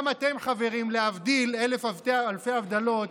גם אתם, חברים, להבדיל אלף אלפי הבדלות.